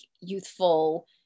youthful